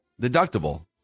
Deductible